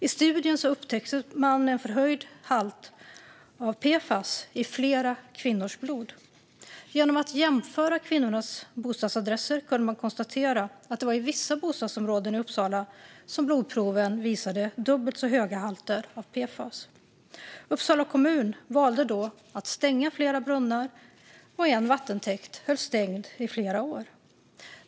I studien upptäckte man en förhöjd halt av PFAS i flera kvinnors blod. Genom att jämföra kvinnornas bostadsadresser kunde man konstatera att det var i vissa bostadsområden i Uppsala som blodproven visade dubbelt så höga halter av PFAS. Uppsala kommun valde då att stänga flera brunnar, och en vattentäkt hölls stängd i flera år.